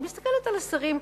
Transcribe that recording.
אני מסתכלת על השרים כאן.